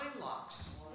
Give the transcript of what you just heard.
locks